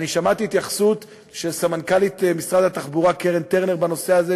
ואני שמעתי התייחסות של סמנכ"לית משרד התחבורה קרן טרנר בנושא הזה,